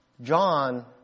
John